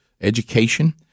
education